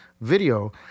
video